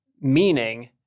meaning